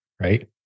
right